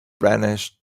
brandished